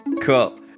Cool